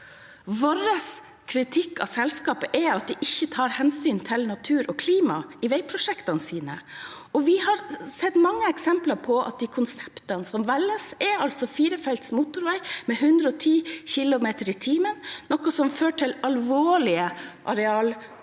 Vår kritikk av selskapet er at de ikke tar hensyn til natur og klima i veiprosjektene sine. Vi har sett mange eksempler på at konseptene som velges, er firefelts motorvei med 110 km/t, noe som fører til alvorlig arealnedbygging